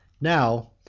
Now